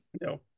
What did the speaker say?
No